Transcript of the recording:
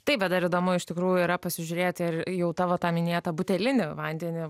taip bet dar įdomu iš tikrųjų yra pasižiūrėti ir jau tavo tą minėtą butelinį vandenį